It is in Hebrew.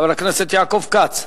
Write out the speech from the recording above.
חבר הכנסת יעקב כץ,